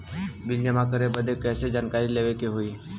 Bill जमा करे बदी कैसे जानकारी लेवे के होई?